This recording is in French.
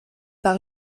par